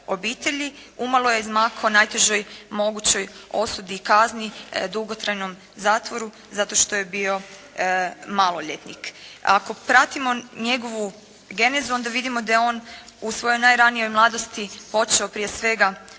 umalo je izmakao najtežoj mogućnoj osudi i kazni dugotrajnom zatvoru zato što je bio maloljetnik. Ako pratimo njegovu genezu onda vidimo da je on u svojoj najranijoj mladosti počeo prije svega